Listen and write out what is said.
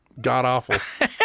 god-awful